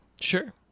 Sure